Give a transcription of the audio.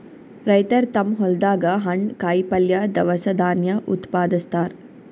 ರೈತರ್ ತಮ್ಮ್ ಹೊಲ್ದಾಗ ಹಣ್ಣ್, ಕಾಯಿಪಲ್ಯ, ದವಸ ಧಾನ್ಯ ಉತ್ಪಾದಸ್ತಾರ್